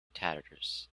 tatters